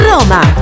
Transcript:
Roma